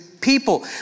people